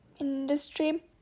industry